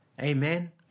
Amen